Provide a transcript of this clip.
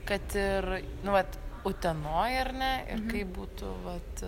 kad ir nu vat utenoj ar ne ir kaip būtų vat